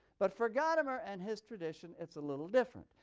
but for gadamer and his tradition, it's a little different.